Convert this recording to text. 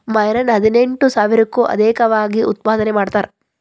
marine ಹದಿನೆಂಟು ಸಾವಿರಕ್ಕೂ ಅದೇಕವಾಗಿ ಉತ್ಪಾದನೆ ಮಾಡತಾರ